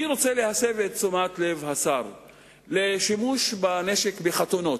אני רוצה להסב את תשומת הלב של השר לשימוש בנשק בחתונות.